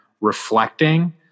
reflecting